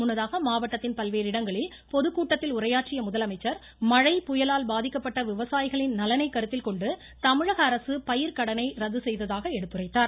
முன்னதாக மாவட்டத்தின் பல்வேறு இடங்களில் பொதுக்கூட்டத்தில் உரையாற்றிய முதலமைச்சர் மழை புயலால் பாதிக்கப்பட்ட விவசாயிகளின் நலனைக் கருத்தில்கொண்டு தமிழகஅரசு பயிர்க்கடனை ரத்து செய்ததாக எடுத்துரைத்தார்